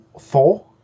four